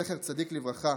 זכר צדיק לברכה,